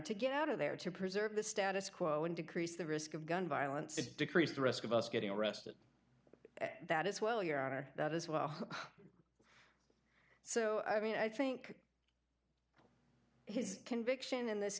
to get out of there to preserve the status quo and decrease the risk of gun violence decrease the risk of us getting arrested that is well you are not as well so i mean i think his conviction in this